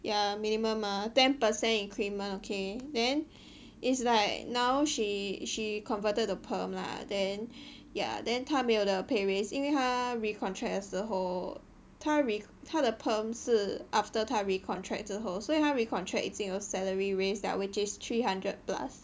yeah minimum ah ten per cent increment okay then it's like now she she converted to perm lah then ya then 她没有得 pay raise 因为她 recontract 的时候她 re~ 她的 perm 是 after 她 recontract 之后所以她 recontract 已经有 salary raise [liao] which is three hundred plus